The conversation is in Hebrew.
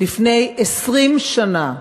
מלפני 20 שנה,